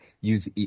use